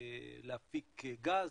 להפיק גז,